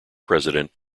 president